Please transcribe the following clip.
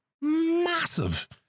massive